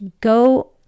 go